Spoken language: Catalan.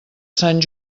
sant